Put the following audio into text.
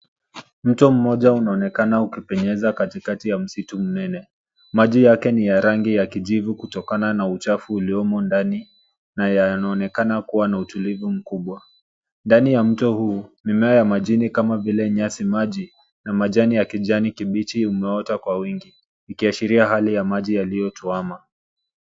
Mto mmoja unaonekana ukipenyeza katikati ya msitu mnene, maji yake ni ya rangi ya kijivu kutokana na uchafu uliomo ndani na yanaonekana kuwa na utulivu mkubwa . Ndani ya mto huu mimea ya majini kama vile nyasi maji na majani ya kijani kibichi yameota kwa wingi, ikiashiria hali ya maji yaliyotuama.